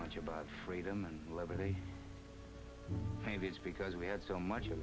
much about freedom and liberty maybe it's because we had so much